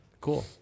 cool